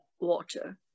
water